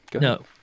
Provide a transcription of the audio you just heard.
No